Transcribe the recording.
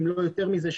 אם לא יותר מזה,